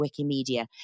Wikimedia